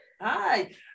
hi